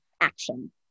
action